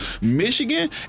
Michigan